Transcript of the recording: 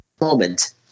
moment